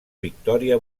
victòria